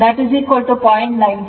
95 ಆಗಿರುತ್ತದೆ